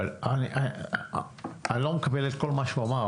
אני לא מקבל את כל מה שהוא אמר,